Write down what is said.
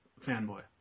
fanboy